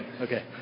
Okay